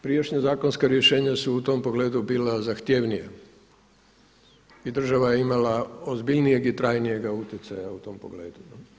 Prijašnja zakonska rješenja su u tom pogledu bila zahtjevnija i država je imala ozbiljnijeg i trajnijega utjecaja u tom pogledu.